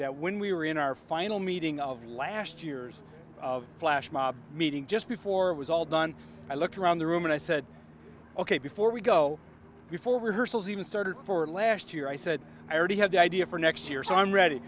that when we were in our final meeting of last years of flash mob meeting just before it was all done i looked around the room and i said ok before we go before rehearsals even started for last year i said i already had the idea for next year so i'm ready